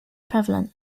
prevalent